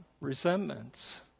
resentments